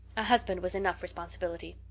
a husband was enough responsibility.